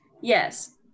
Yes